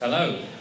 Hello